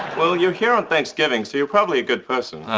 well, you're here on thanksgiving, so you're probably a good person.